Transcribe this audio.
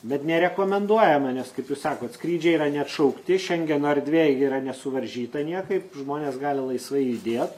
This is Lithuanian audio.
bet nerekomenduojama nes kaip jūs sakot skrydžiai yra neatšaukti šengeno erdvė yra nesuvaržyta niekaip žmonės gali laisvai judėt